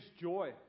joy